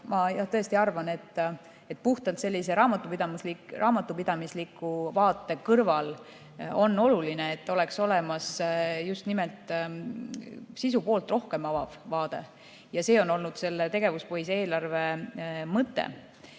jah tõesti arvan, et puhtalt sellise raamatupidamisliku vaate kõrval on oluline, et oleks olemas just nimelt sisupoolt rohkem avav vaade. See on olnud selle tegevuspõhise eelarve mõte.